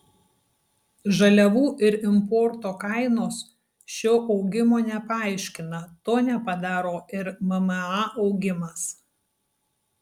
žaliavų ir importo kainos šio augimo nepaaiškina to nepadaro ir mma augimas